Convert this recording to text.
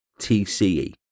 TCE